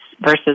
versus